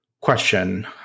question